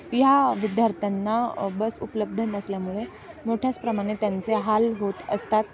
ह्या विद्यार्थ्यांना बस उपलब्ध नसल्यामुळे मोठ्याच प्रमाणे त्यांचे हाल होत असतात